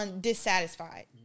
dissatisfied